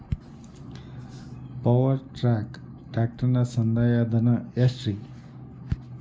Power track ಟ್ರ್ಯಾಕ್ಟರನ ಸಂದಾಯ ಧನ ಎಷ್ಟ್ ರಿ?